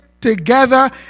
together